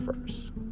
first